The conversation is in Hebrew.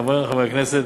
חברי חברי הכנסת,